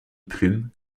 plume